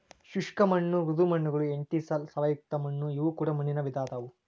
ಶುಷ್ಕ ಮಣ್ಣು ಮೃದು ಮಣ್ಣುಗಳು ಎಂಟಿಸಾಲ್ ಸಾವಯವಯುಕ್ತ ಮಣ್ಣು ಇವು ಕೂಡ ಮಣ್ಣಿನ ವಿಧ ಅದಾವು